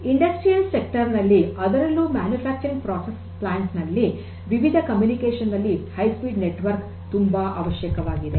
ಕೈಗಾರಿಕಾ ನಲ್ಲಿ ಅದರಲ್ಲೂ ಮ್ಯಾನುಫ್ಯಾಕ್ಚರಿಂಗ್ ಪ್ರೋಸೆಸ್ ಪ್ಲಾಂಟ್ ನಲ್ಲಿ ವಿವಿಧ ಕಮ್ಯುನಿಕೇಷನ್ ನಲ್ಲಿ ಹೈ ಸ್ಪೀಡ್ ನೆಟ್ವರ್ಕ್ ತುಂಬಾ ಅವಶ್ಯಕವಾಗಿದೆ